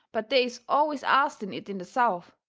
but they is always asting it in the south,